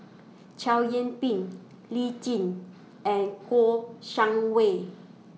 Chow Yian Ping Lee Tjin and Kouo Shang Wei